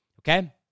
Okay